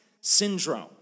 syndrome